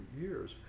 years